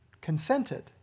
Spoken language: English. consented